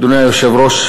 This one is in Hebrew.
אדוני היושב-ראש,